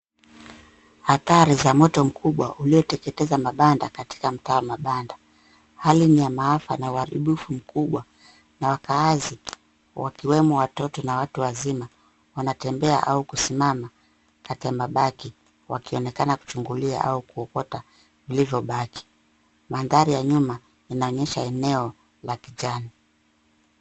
Athari za moto mkubwa uliyo teketeza mabanda katika mtaa wa mabanda. Hali ni ya mafaa na uharibifu mkubwa na wakaazi wakiwemo watoto na watu wazima, wanatembea au kusimama kati ya mabaki wakionekana kuchungulia au kuokota vilivyobaki. Mandhari ya nyuma inaonyesha eneo la kijani.